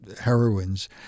heroines